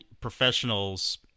professionals